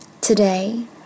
Today